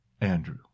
Andrew